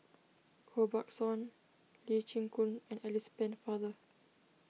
Koh Buck Song Lee Chin Koon and Alice Pennefather